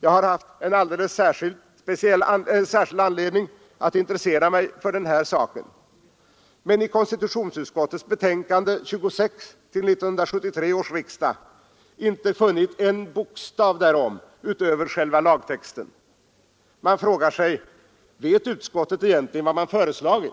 Jag har haft en särskild anledning att intressera mig för denna fråga men i konstitutionsutskottets betänkande nr 26 till 1973 års riksdag inte funnit en bokstav därom utöver själva lagtexten. Man frågar sig: Vet utskottet egentligen vad man föreslagit